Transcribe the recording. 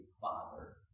Father